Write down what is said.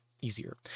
easier